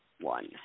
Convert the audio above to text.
One